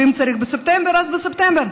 ואם צריך בספטמבר, אז בספטמבר.